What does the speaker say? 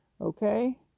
Okay